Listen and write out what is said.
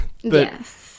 Yes